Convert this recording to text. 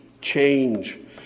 change